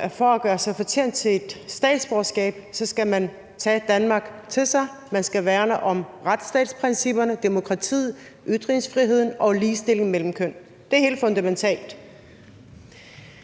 man for at gøre sig fortjent til et statsborgerskab skal tage Danmark til sig. Man skal værne om retsstatsprincipperne, demokratiet, ytringsfriheden og ligestillingen mellem kønnene. Det er helt fundamentalt.